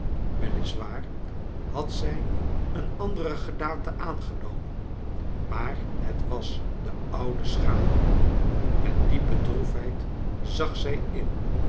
waar had zij een andere gedaante aangenomen maar het was de oude schaduw met diepe droefheid zag zij in